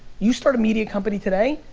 you start a media company today,